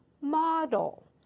model